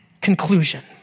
conclusion